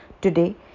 Today